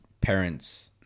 parents